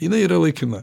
jinai yra laikina